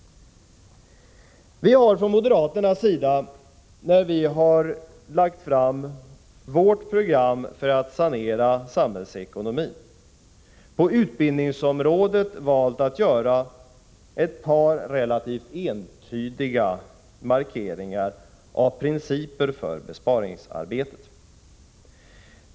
Vi har från moderat sida, när vi har lagt fram vårt program för att sanera samhällsekonomin, på utbildningsområdet valt att göra ett par relativt entydiga markeringar av principer för besparingsarbetet.